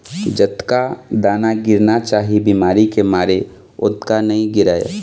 जतका दाना गिरना चाही बिमारी के मारे ओतका नइ गिरय